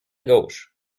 gauche